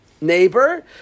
neighbor